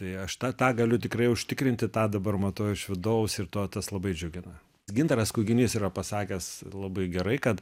tai aš tą tą galiu tikrai užtikrinti tą dabar matau iš vidaus ir tuo tas labai džiugina gintaras kuginys yra pasakęs labai gerai kad